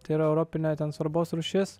tai yra europinė ten svarbos rūšis